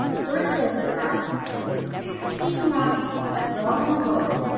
bert says there are sixteen rocking horses all in a row,